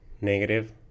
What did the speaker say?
negative